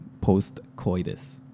post-coitus